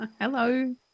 hello